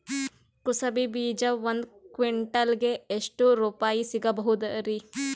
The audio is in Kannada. ಕುಸಬಿ ಬೀಜ ಒಂದ್ ಕ್ವಿಂಟಾಲ್ ಗೆ ಎಷ್ಟುರುಪಾಯಿ ಸಿಗಬಹುದುರೀ?